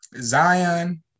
Zion